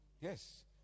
yes